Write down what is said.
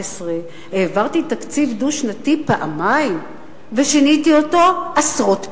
העברתי תקציב דו-שנתי פעמיים ושיניתי אותו עשרות פעמים,